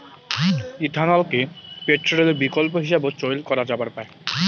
ইথানলকে পেট্রলের বিকল্প হিসাবত চইল করা যাবার পায়